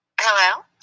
Hello